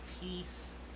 peace